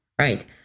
right